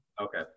Okay